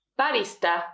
barista